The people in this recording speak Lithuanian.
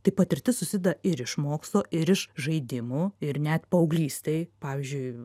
tai patirtis susideda ir iš mokslo ir iš žaidimų ir net paauglystėj pavyzdžiui